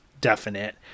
definite